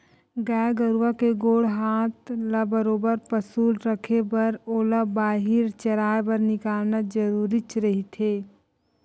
गाय गरुवा के गोड़ हात ल बरोबर पसुल रखे बर ओला बाहिर चराए बर निकालना जरुरीच रहिथे